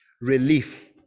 relief